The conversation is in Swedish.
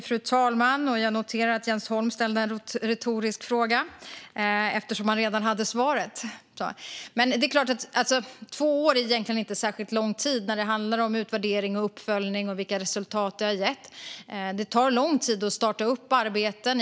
Fru talman! Jag noterar att Jens Holm ställde en retorisk fråga, eftersom han redan hade svaret. Två år är egentligen inte särskilt lång tid när det handlar om utvärdering, uppföljning och vilka resultat det har gett. Det tar lång tid att starta upp arbeten.